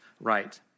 right